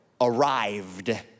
arrived